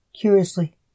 Curiously